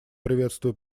приветствую